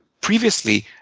previously,